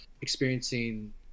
experiencing